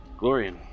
Glorian